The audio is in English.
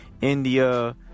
India